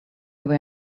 were